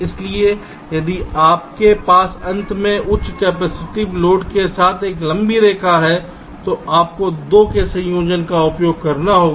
इसलिए यदि आपके पास अंत में उच्च कैपेसिटिव लोड के साथ एक लंबी रेखा है तो आपको 2 के संयोजन का उपयोग करना होगा